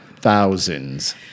thousands